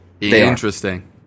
Interesting